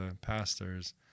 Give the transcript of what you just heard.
pastors